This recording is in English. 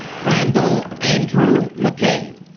randal andrew mckay